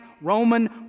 Roman